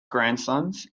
grandsons